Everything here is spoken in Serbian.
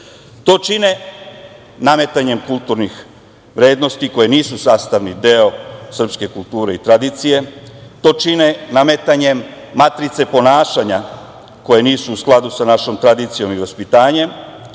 To čine nametanjem kulturnih vrednosti koje nisu sastavni deo srpske kulture i tradicije, to čine nametanjem matrice ponašanja koja nisu u skladu sa našom tradicijom i vaspitanjem,